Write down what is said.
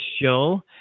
Show